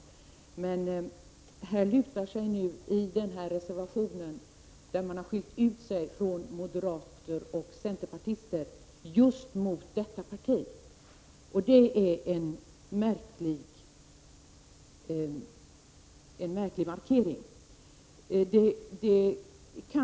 I den här reservationen där folkpartiet har skilt ut sig från moderater och centerpartister lutar sig folkpartiet just mot socialdemokraterna. Det är en märklig markering.